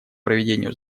проведению